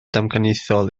damcaniaethol